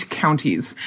counties